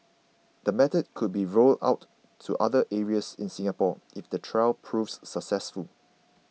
the method could be rolled out to other areas in Singapore if the trial proves successful